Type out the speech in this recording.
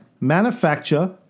manufacture